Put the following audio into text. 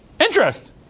interest